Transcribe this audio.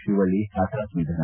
ಶಿವಳ್ಳಿ ಹಠಾತ್ ನಿಧನ